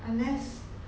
unless